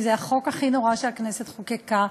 וזה החוק הכי נורא שהכנסת חוקקה,